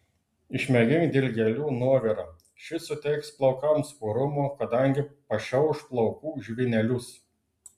išmėgink dilgėlių nuovirą šis suteiks plaukams purumo kadangi pašiauš plaukų žvynelius